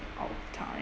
all the time